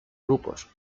grupos